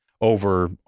over